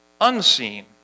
unseen